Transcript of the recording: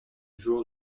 jour